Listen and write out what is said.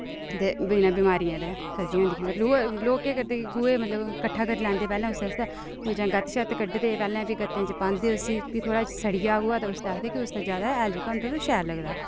ते बिन बमारियें दे सब्जियां होई जंदियां मतलब उ'ऐ लोक केह् करदे कि गोहे ई मतलब किट्ठा करी लैंदे पैह्लें उसदे आस्तै जां गत्त शत्त कढदे पैह्लें भी गत्तें च पांदे उसी भी थोह्ड़ा सड़ी जा गोहा ते उसी आखदे कि उसदा जैदा हैल जेह्का होंदा ते शैल लगदा